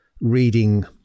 reading